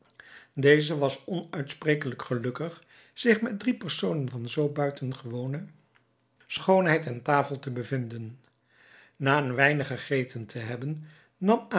deze was onuitsprekelijk gelukkig zich met drie personen van zoo buitengewone schoonheid aan tafel te bevinden na een weinig gegeten te hebben